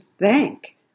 thank